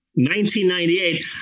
1998